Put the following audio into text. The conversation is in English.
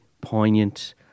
poignant